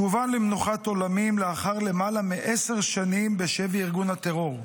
שהובא למנוחת עולמים לאחר למעלה מעשר שנים בשבי ארגון הטרור.